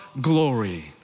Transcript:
glory